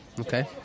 Okay